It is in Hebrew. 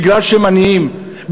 כי הם עניים,